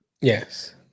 Yes